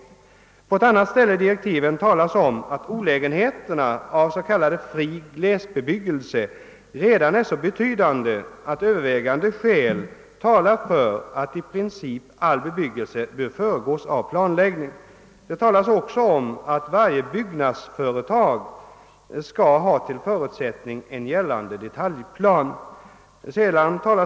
På ett annat ställe i direktiven anförs vidare följande: »Olägenheterna av s.k. fri glesbebyggelse är redan nu så betydande, att övervägande skäl talar för att i princip all bebyggelse bör föregås av planläggning.» Det framhålles vidare att varje byggnadsföretag skall ha såsom förutsättning en gällande detaljplan.